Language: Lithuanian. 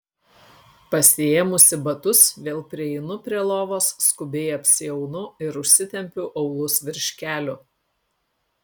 pasiėmusi batus vėl prieinu prie lovos skubiai apsiaunu ir užsitempiu aulus virš kelių